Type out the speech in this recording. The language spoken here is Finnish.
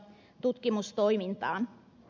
arvoisa puhemies